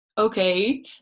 Okay